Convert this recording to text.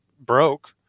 broke